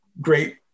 Great